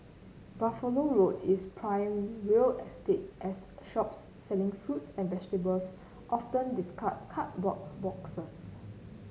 Buffalo Road is prime real estate as shops selling fruits and vegetables often discard cardboard boxes